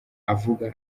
avuga